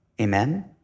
Amen